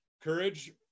Courage